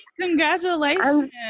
congratulations